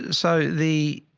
so the,